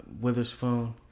Witherspoon